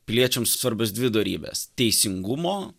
piliečiams svarbios dvi dorybės teisingumo